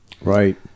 Right